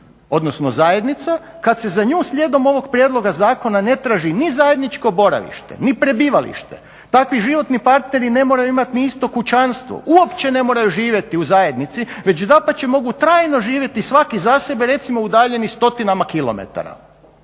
odnosno zajednica kad se za nju slijedom ovog prijedloga zakona ne traži ni zajedničko boravište ni prebivalište. Takvi životni partneri ne moraju imati ni isto kućanstvo, uopće ne moraju živjeti u zajednici, već dapače mogu trajno živjeti svaki za sebe recimo udaljeni stotinama km.